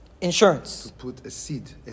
Insurance